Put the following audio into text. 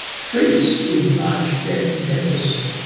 faced with large debt and deficit,